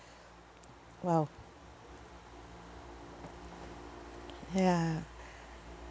!wow! ya